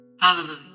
Hallelujah